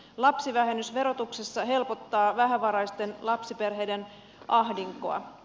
lapsivähennys verotuksessa helpottaa vähävaraisten lapsiperheiden ahdinkoa